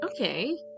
okay